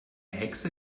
hexe